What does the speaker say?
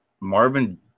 Marvin